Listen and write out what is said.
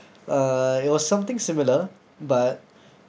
uh it was something similar but